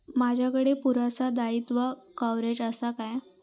माजाकडे पुरासा दाईत्वा कव्हारेज असा काय?